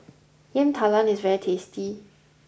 yam talam is very tasty